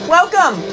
Welcome